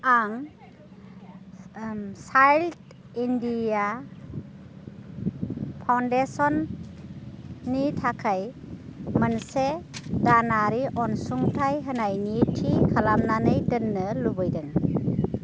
आं child India foundation नि थाखाय मोनसे दानारि अनसुंथाइ होनायनि थि खालामनानै दोन्नो लुबैदों